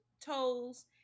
toes